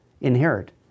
inherit